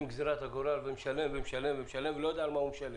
עם גזרת הגורל ומשלם ומשלם ומשלם ולא יודע על מה הוא משלם.